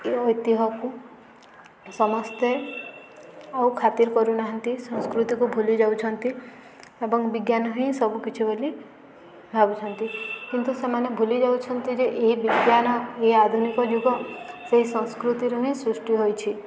ଐତିହ୍ୟକୁ ସମସ୍ତେ ଆଉ ଖାତିର କରୁନାହାନ୍ତି ସଂସ୍କୃତିକୁ ଭୁଲି ଯାଉଛନ୍ତି ଏବଂ ବିଜ୍ଞାନ ହିଁ ସବୁକିଛି ବୋଲି ଭାବୁଛନ୍ତି କିନ୍ତୁ ସେମାନେ ଭୁଲି ଯାଉଛନ୍ତି ଯେ ଏହି ବିଜ୍ଞାନ ଏ ଆଧୁନିକ ଯୁଗ ସେହି ସଂସ୍କୃତିରୁ ହିଁ ସୃଷ୍ଟି ହୋଇଛି